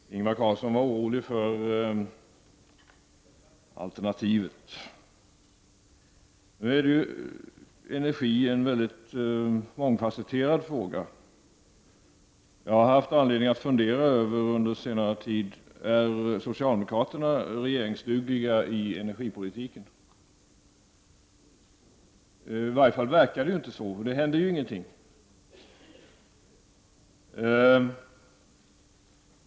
Fru talman! Ingvar Carlsson var orolig för alternativet. Energi är en mångfasetterad fråga. Jag har haft anledning att under senare tid fundera över om socialdemokraterna är regeringsdugliga i energipolitiken. I varje fall verkar det inte så, för det händer ju ingenting.